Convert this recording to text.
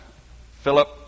Philip